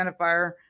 identifier